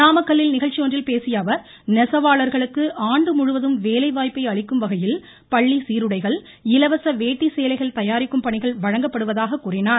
நாமக்கல்லில் நிகழ்ச்சி ஒன்றில் பேசியஅவர் நெசவாளர்களுக்கு ஆண்டு முழுவதும் வேலை வாய்ப்பை அளிக்கும்வகையில் பள்ளி சீருடைகள் இலவச வேட்டி சேலைகள் தயாரிக்கும் பணிகள் வழங்கப்படுவதாக தெரிவித்தார்